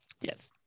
Yes